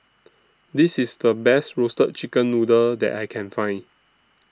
This IS The Best Roasted Chicken Noodle that I Can Find